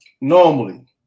normally